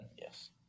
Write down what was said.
Yes